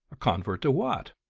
a convert to what?